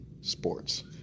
sports